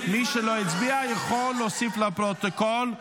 מי שלא הצביע יכול להוסיף לפרוטוקול.